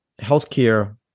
healthcare